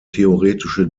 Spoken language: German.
theoretische